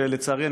ולצערי,